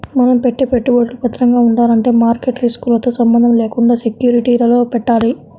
మనం పెట్టే పెట్టుబడులు భద్రంగా ఉండాలంటే మార్కెట్ రిస్కులతో సంబంధం లేకుండా సెక్యూరిటీలలో పెట్టాలి